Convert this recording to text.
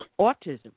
autism